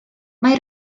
mae